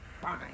fine